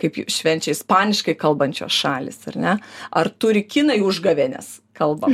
kaip švenčia ispaniškai kalbančios šalys ar ne ar turi kinai užgavėnes kalbam